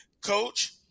coach